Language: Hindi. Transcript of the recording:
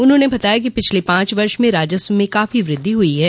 उन्होंने बताया कि पिछले पांच वर्ष में राजस्व में काफी वृद्धि हुई है